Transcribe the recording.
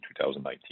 2019